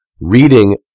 Reading